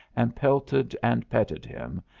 and pelted and petted him,